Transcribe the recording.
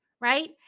right